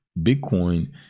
Bitcoin